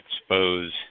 expose